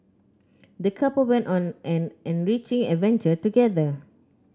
the couple went on an enriching adventure together